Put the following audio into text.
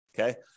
okay